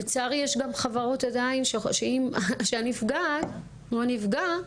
לצערי, יש גם חברות עדיין שהנפגעת, או הנפגע,